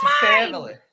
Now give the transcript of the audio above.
family